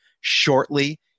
shortly